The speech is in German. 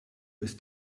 ist